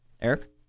Eric